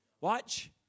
Watch